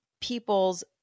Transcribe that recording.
people's